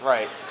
Right